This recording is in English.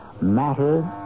matter